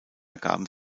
ergaben